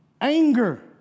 Anger